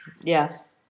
Yes